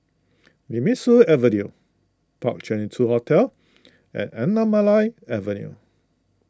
Nemesu Avenue Park Twenty two Hotel and Anamalai Avenue